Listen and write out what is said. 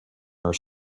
are